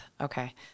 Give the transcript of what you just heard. Okay